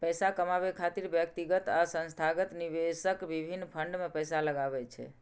पैसा कमाबै खातिर व्यक्तिगत आ संस्थागत निवेशक विभिन्न फंड मे पैसा लगबै छै